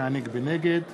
נגד